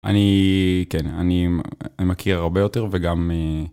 אני... כן, אני מכיר הרבה יותר וגם...